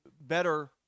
better